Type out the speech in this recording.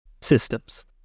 systems